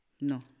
No